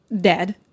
dead